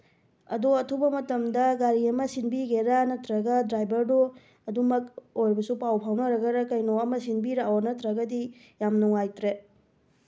ꯑꯗꯣ ꯑꯊꯨꯕ ꯃꯇꯝꯗ ꯒꯥꯔꯤ ꯑꯃ ꯁꯤꯟꯕꯤꯒꯦꯔꯥ ꯅꯠꯇ꯭ꯔꯒ ꯗ꯭ꯔꯥꯏꯚꯔꯗꯨ ꯑꯗꯨꯝꯀ ꯑꯣꯏꯔꯒꯁꯨ ꯄꯥꯎ ꯐꯥꯎꯅꯔꯒꯔ ꯀꯩꯅꯣ ꯑꯃ ꯁꯤꯟꯕꯤꯔꯛꯑꯣ ꯅꯠꯇ꯭ꯔꯒꯗꯤ ꯌꯥꯝ ꯅꯨꯡꯉꯥꯏꯇ꯭ꯔꯦ